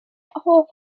hoff